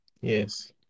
Yes